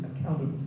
accountable